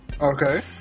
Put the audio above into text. Okay